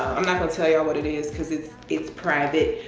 i'm not gonna tell y'all what it is. cause it's it's private.